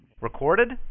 Recorded